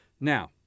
Now